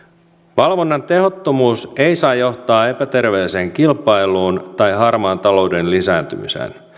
valvonnan tehottomuus ei saa johtaa epäterveeseen kilpailuun tai harmaan talouden lisääntymiseen